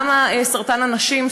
למה סרטן הנשים,